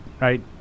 right